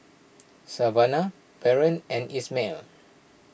Savannah Barron and Ishmael